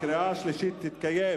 הקריאה השלישית תתקיים